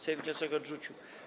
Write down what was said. Sejm wniosek odrzucił.